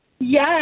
Yes